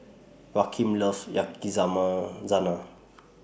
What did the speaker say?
Rakeem loves Yakizakana